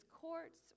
courts